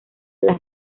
las